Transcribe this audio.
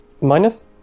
Minus